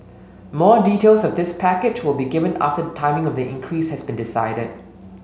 more details of this package will be given after the timing of the increase has been decided